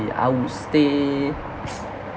I would stay